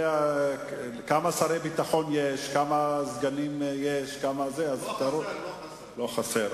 יודע כמה שרי ביטחון יש, כמה סגנים יש, לא חסר.